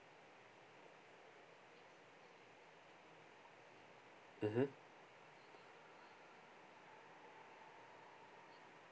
mmhmm